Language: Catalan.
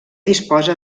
disposa